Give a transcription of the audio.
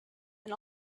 and